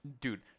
dude